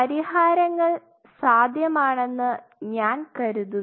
പരിഹാരങ്ങൾ സാധ്യമാണെന്ന് ഞാൻ കരുതുന്നു